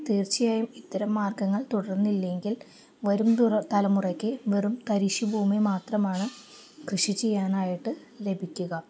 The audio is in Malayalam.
തീർച്ചയായും ഇത്തരം മാർഗ്ഗങ്ങൾ തുടർന്നില്ലെങ്കിൽ വരും തലമുറയ്ക്ക് വെറും തരിശുഭൂമി മാത്രമാണ് കൃഷി ചെയ്യാനായിട്ട് ലഭിക്കുക